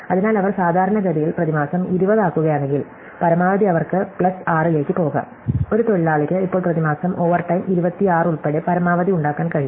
അതിനാൽ അവർ സാധാരണഗതിയിൽ പ്രതിമാസം 20 ആക്കുകയാണെങ്കിൽ പരമാവധി അവർക്ക് പ്ലസ് 6 ലേക്ക് പോകാം ഒരു തൊഴിലാളിയ്ക്ക് ഇപ്പോൾ പ്രതിമാസം ഓവർടൈം 26 ഉൾപ്പെടെ പരമാവധി ഉണ്ടാക്കാൻ കഴിയും